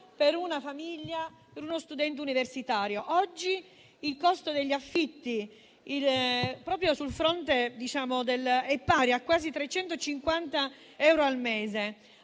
da una famiglia per uno studente universitario. Oggi il costo degli affitti è pari a quasi 350 euro al mese,